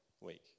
week